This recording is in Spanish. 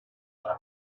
para